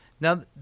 Now